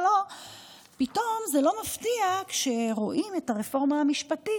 פתאום זה לא מפתיע כשרואים את הרפורמה המשפטית.